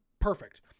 Perfect